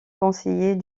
conseiller